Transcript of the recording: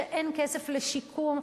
שאין כסף לשיקום?